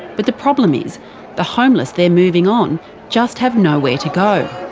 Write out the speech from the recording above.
but the problem is the homeless they're moving on just have nowhere to go.